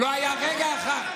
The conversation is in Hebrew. לא היה רגע אחד.